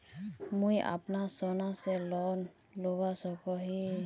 मुई अपना सोना से लोन लुबा सकोहो ही?